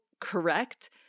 correct